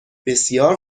بسیار